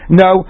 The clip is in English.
no